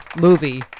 movie